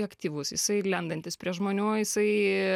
aktyvus jisai lendantis prie žmonių jisai